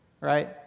right